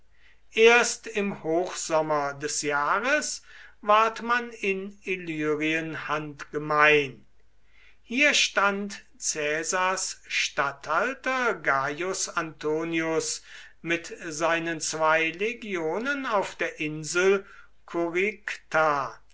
erst im hochsommer des jahres ward man in illyrien handgemein hier stand caesars statthalter gaius antonius mit seinen zwei legionen auf der insel